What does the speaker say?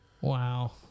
Wow